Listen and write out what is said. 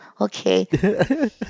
Okay